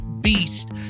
Beast